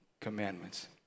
Commandments